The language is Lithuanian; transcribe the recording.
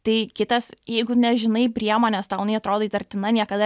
tai kitas jeigu nežinai priemonės tau jinai atrodo įtartina niekada